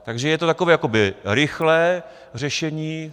Takže je to takové jakoby rychlé řešení.